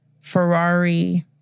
Ferrari